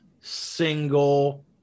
single